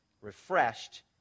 refreshed